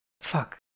Fuck